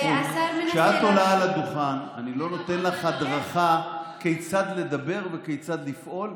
כשאת עולה על הדוכן אני לא נותן לך הדרכה כיצד לדבר וכיצד לפעול,